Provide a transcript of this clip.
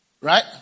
Right